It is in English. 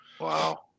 Wow